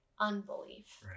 unbelief